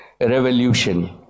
revolution